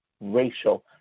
racial